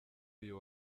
uyu